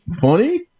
funny